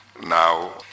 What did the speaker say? now